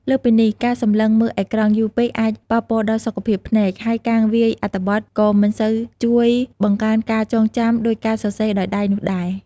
លើសពីនេះ ការសម្លឹងមើលអេក្រង់យូរពេកអាច ប៉ះពាល់ដល់សុខភាពភ្នែក ហើយការវាយអត្ថបទក៏ មិនសូវជួយបង្កើនការចងចាំ ដូចការសរសេរដោយដៃនោះដែរ។